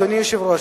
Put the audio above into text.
אדוני היושב-ראש,